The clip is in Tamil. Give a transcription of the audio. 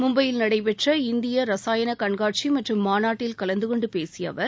மும்பையில் நடைபெற்ற இந்திய ரசாயன கண்காட்சி மற்றும் மாநாட்டில் கலந்து கொண்டு பேசிய அவர்